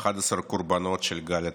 11 קורבנות של גל הטרור.